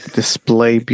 display